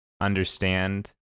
understand